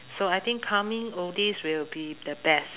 so I think calming oldies will be the best